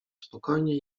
spokojnie